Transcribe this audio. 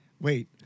Wait